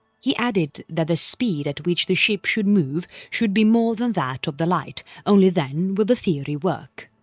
he added that the speed at which the ship should move should be more than that of the light, only then will the theory work.